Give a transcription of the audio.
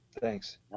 Thanks